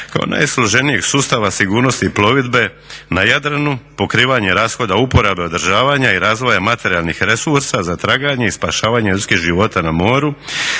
kao najsloženijeg sustava sigurnosti plovidbe na Jadranu, pokrivanje rashoda uporabe, održavanja i razvoja materijalnih resursa za traganje i spašavanje ljudskih života na moru